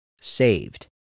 saved